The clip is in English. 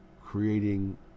creating